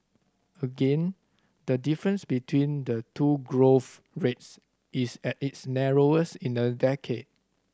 again the difference between the two growth rates is at its narrowest in a decade